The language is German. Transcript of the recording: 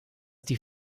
die